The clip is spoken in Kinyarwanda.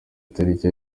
itariki